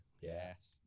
Yes